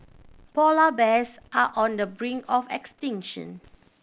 polar bears are on the brink of extinction